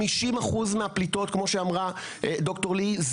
50% מהפליטות כמו שאמרה ד"ר ליהי,